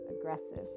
aggressive